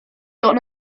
gotten